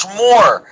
more